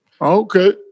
Okay